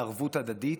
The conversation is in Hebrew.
על ערבות הדדית,